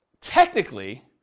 technically